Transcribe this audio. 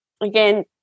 again